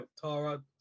Tara